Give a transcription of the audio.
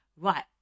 Right